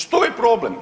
Što je problem?